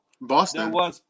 Boston